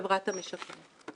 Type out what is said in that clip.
חברת המשקם.